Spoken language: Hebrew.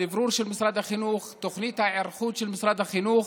הדברור של משרד החינוך: תוכנית ההיערכות של משרד החינוך